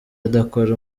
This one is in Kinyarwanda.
adakora